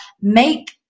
make